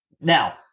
Now